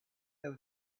there